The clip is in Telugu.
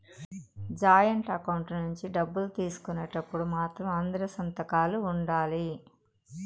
జాయింట్ అకౌంట్ నుంచి డబ్బులు తీసుకునేటప్పుడు మాత్రం అందరి సంతకాలు ఉండాలి